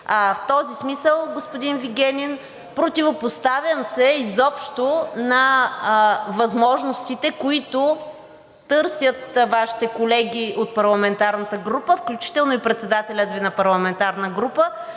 В този смисъл, господин Вигенин, противопоставям се изобщо на възможностите, които търсят Вашите колеги от парламентарната група, включително и председателят на парламентарната